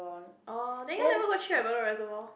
orh then you all never go chill at Bedok Reservoir